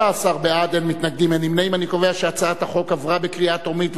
ההצעה להעביר את הצעת חוק ההנדסאים והטכנאים המוסמכים,